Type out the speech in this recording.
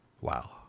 Wow